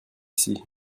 ici